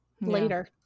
later